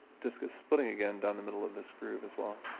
disc is splitting again down the middle of this groove as well.